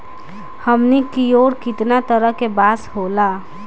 हमनी कियोर कितना तरह के बांस होला